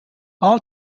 all